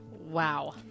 Wow